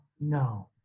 no